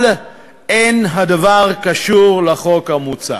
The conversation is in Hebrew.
אבל אין הדבר קשור לחוק המוצע.